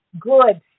good